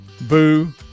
Boo